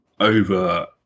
over